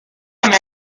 come